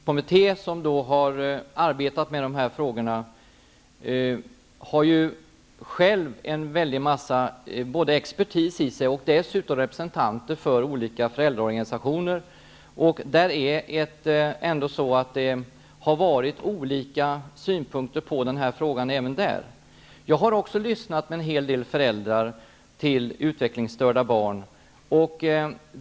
Herr talman! Den särskolekommitté som har arbetat med de här frågorna består av en mängd experter och representanter för föräldraorganisationer. Det har även ibland dessa människor funnits olika synpunkter på den här frågan. Jag har också talat med en hel del föräldrar till utvecklingsstörda barn.